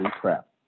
crap